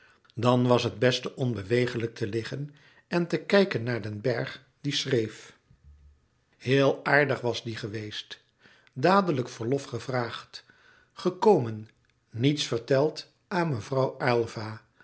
dan was het beste onbewegelijk te liggen en te kijken naar den bergh die schreef heel aardig was die geweest dadelijk verlof gevraagd gekomen niets verteld aan mevrouw